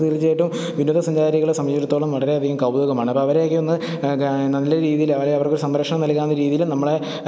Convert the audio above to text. തീർച്ചയായിട്ടും വിനോദസഞ്ചാരികളെ സംബന്ധിച്ചെടുത്തോളം വളരെയധികം കൗതുകമാണപ്പം അവരെയൊക്കെ ഒന്ന് നല്ല രീതിയിലവരെ അവർക്ക് ഒരു സംരക്ഷണം നൽകാമെന്ന രീതിയിൽ നമ്മളെ